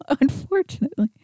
Unfortunately